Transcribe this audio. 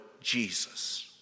Jesus